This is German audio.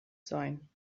sein